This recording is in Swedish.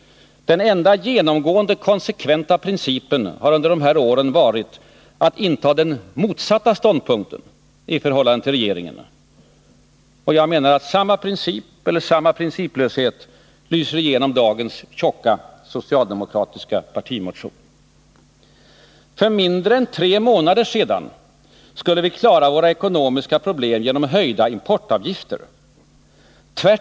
Den enda genomgående konsekventa principen har under de här åren varit att inta den motsatta ståndpunkten i förhållande till regeringen. Jag menar att samma princip eller samma principlöshet lyser igenom dagens tjocka socialdemokratiska partimotion. För mindre än tre månader sedan skulle vi klara våra ekonomiska problem genom höjda importavgifter.